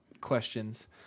questions